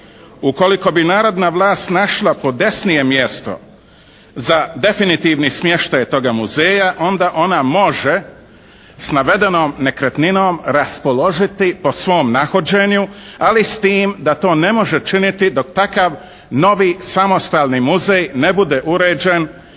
"Ukoliko bi narodna vlast našla podesnije mjesto za definitivni smještaj toga muzeja onda ona može s navedenom nekretninom raspoložiti po svom nahođenju ali s tim da to ne može činiti dok takav novi samostalni muzej ne bude uređen